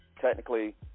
technically